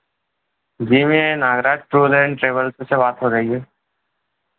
जी मेरी Nagraj tour and travels से बात हो रही है